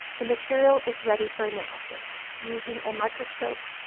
the material is ready for analysis using a microscope,